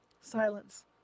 Silence